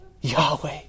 Yahweh